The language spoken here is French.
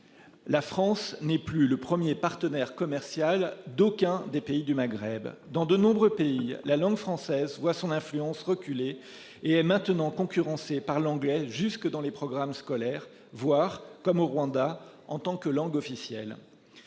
La France n'est plus le 1er partenaire commercial d'aucun des pays du Maghreb dans de nombreux pays la langue française voit son influence reculer et maintenant concurrencé par l'anglais jusque dans les programmes scolaires voir comme au Rwanda en tant que langue officielle.